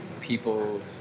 people